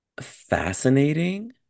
fascinating